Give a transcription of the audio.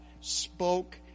spoke